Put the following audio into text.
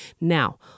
Now